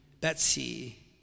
Betsy